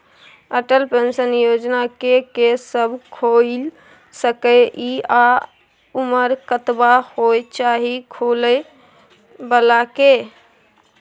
Atal pension Yojana के के सब खोइल सके इ आ उमर कतबा होय चाही खोलै बला के?